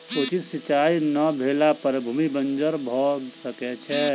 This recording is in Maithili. उचित सिचाई नै भेला पर भूमि बंजर भअ सकै छै